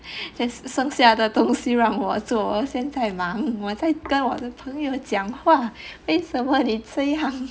just 剩下东西让我做我现在忙我在跟我的朋友讲话为什么你这样